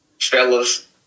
Fellas